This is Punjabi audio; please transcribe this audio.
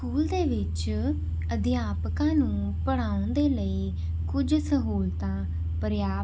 ਸਕੂਲ ਦੇ ਵਿੱਚ ਅਧਿਆਪਕਾਂ ਨੂੰ ਪੜ੍ਹਾਉਣ ਦੇ ਲਈ ਕੁਝ ਸਹੂਲਤਾਂ ਪ੍ਰਾਪਤ